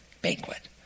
banquet